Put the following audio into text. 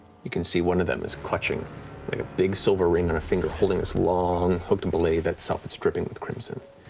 you can see one of them is clutching like a big silver ring on a finger, holding this long, hooked blade that itself is dripping with crimson.